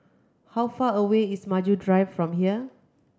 how far away is Maju Drive from here